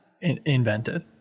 invented